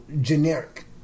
generic